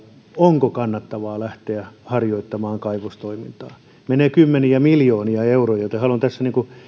onko kannattavaa lähteä harjoittamaan kaivostoimintaa menee kymmeniä miljoonia euroja joten haluan tässä